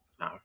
No